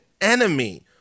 enemy